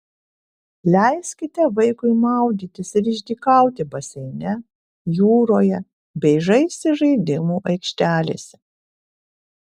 leiskite vaikui maudytis ir išdykauti baseine jūroje bei žaisti žaidimų aikštelėse